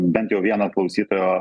bent jau vieno klausytojo